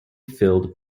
filled